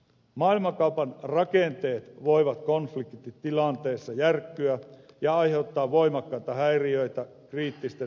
maailmankaupan rakenteet voivat konfliktitilanteessa järkkyä ja aiheuttaa voimakkaita häiriöitä kriittisten materiaalien saatavuuteen